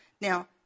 Now